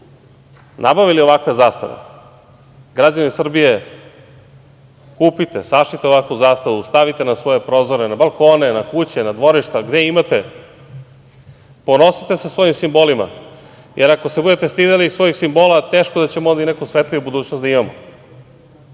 nabavili ovakve zastave, građani Srbije, kupite, sašijte ovakvu zastavu, stavite na svoje prozore, na balkone, na kuće, na dvorišta, gde imate, ponosite se svojim simbolima, jer ako se budete stideli svojih simbola, teško da ćemo ovde i neku svetliju budućnost da imamo. Ne